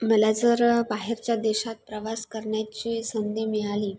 मला जर बाहेरच्या देशात प्रवास करण्याची संधी मिळाली